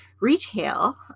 retail